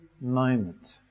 moment